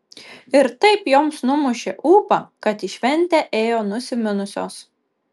ir taip joms numušė ūpą kad į šventę ėjo nusiminusios